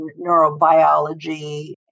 neurobiology